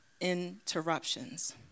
interruptions